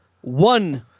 One